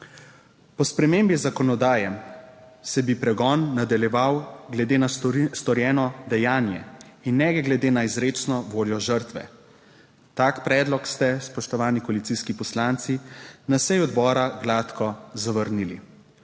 Po spremembi zakonodaje bi se pregon nadaljeval glede na storjeno dejanje in ne glede na izrecno voljo žrtve. Tak predlog ste, spoštovani koalicijski poslanci, na seji odbora gladko zavrnili.